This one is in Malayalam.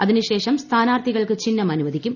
അതിനുശേഷം സ്ഥാനാർഥികൾക്ക് ചിഹ്നം അനുവദിക്കും